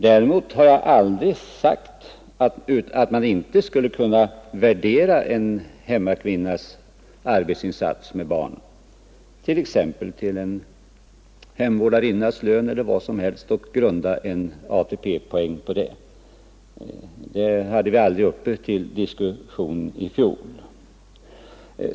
Däremot har jag aldrig sagt att man inte skulle kunna värdera en hemmakvinnas arbetsinsats för barn exempelvis till en hemvårdarinnas lön och grunda ATP-poäng på denna värdering. Det hade vi aldrig uppe till diskussion i fjol.